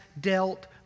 dealt